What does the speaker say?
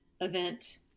event